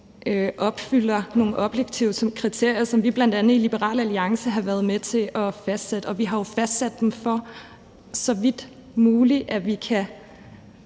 opfylder nogle objektive kriterier, som vi bl.a. i Liberal Alliance har været med til at fastsætte. Og vi har jo fastsat dem, så dem, der vil